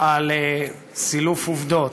על סילוף עובדות.